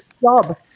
job